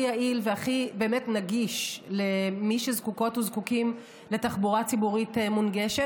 יעיל והכי באמת נגיש למי שזקוקות וזקוקים לתחבורה ציבורית מונגשת.